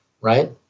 Right